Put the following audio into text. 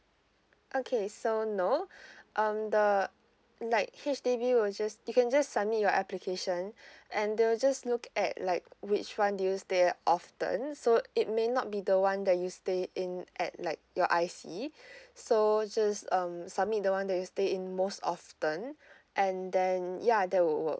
okay so no um the like H_D_B will just you can just submit your application and they will just look at like which one do you stay at often so it may not be the one that you stayed in at like your I_C so just um submit the one that you stay in most often and then ya that would work